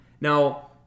now